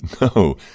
No